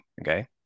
Okay